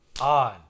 on